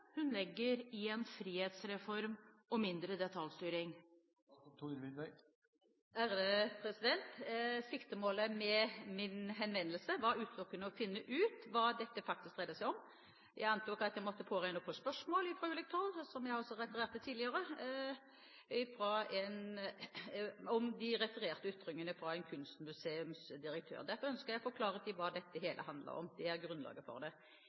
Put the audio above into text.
faktisk dreide seg om. Jeg antok at jeg måtte påregne å få spørsmål fra ulikt hold, som jeg også refererte til tidligere, om de refererte ytringene fra en kunstmuseumsdirektør. Derfor ønsket jeg å få klarhet i hva det hele handlet om – det er grunnlaget for det.